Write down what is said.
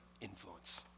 influence